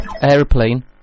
airplane